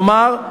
כלומר,